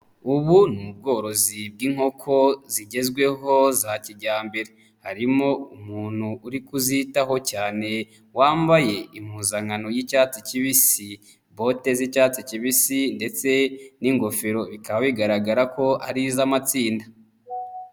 Ubu ni ubworozi bw'inkoko zigezweho za kijyambere. Harimo umuntu uri kuzitaho cyane wambaye impuzankano y'icyatsi kibisi, bote z'icyatsi kibisi ndetse n'ingofero. Bikaba bigaragara ko ari iz'amatsinda.